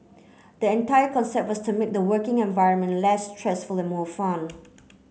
the entire concept was to make the working environment less stressful and more fun